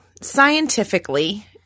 Scientifically